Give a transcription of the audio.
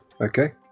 Okay